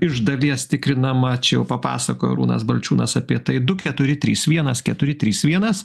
iš dalies tikrinama čia jau papasakojo arūnas balčiūnas apie tai du keturi trys vienas keturi trys vienas